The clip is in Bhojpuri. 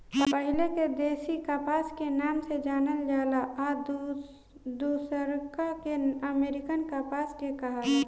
पहिले के देशी कपास के नाम से जानल जाला आ दुसरका के अमेरिकन कपास के कहाला